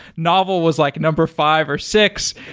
novel was like number five or six,